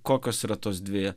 kokios yra tos dvi